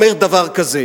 אומר דבר כזה?